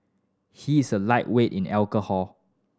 he is a lightweight in alcohol